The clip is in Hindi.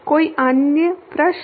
कोई अन्य प्रश्न